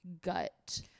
gut